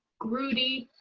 gruddy.